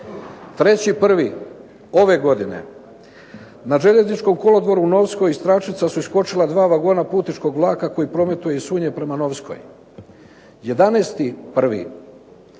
3.1. ove godine, "Na željezničkom kolodvoru u Novskoj iz tračnica su iskočila dva vagona putničkog vlada koji prometuje iz Sunje prema Novskoj".